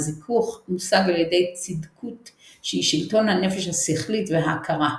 הזיכוך מושג על ידי צידקות שהיא שלטון הנפש השכלית וההכרה.